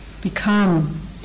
become